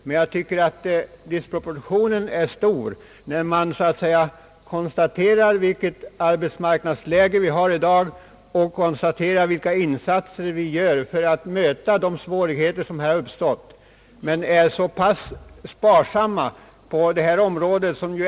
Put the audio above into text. Men jag tycker att disproportionen är stor mellan det arbetsmarknadsläge som råder i dag och de insatser som måste vidtagas för att lindra arbetslösheten å ena sidan och, å andra sidan, den sparsamhet med :medelstilldelningen som man visar på det område vi nu diskuterar.